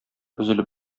өзелеп